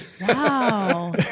Wow